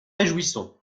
réjouissons